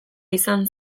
izan